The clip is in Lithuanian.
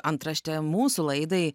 antraštė mūsų laidai